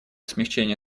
смягчения